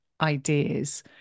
ideas